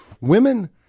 Women